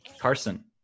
Carson